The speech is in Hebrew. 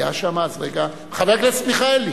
חבר הכנסת מיכאלי.